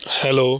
hello